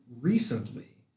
recently